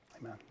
Amen